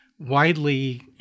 Widely